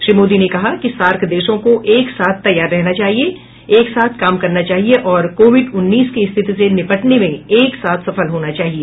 श्री मोदी ने कहा कि सार्क देशों को एक साथ तैयार रहना चाहिए एक साथ काम करना चाहिए और कोविड उन्नीस की स्थिति से निपटने में एक साथ सफल होना चाहिए